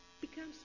becomes